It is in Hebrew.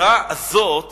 הגזירה הזאת